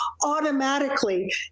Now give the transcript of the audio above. automatically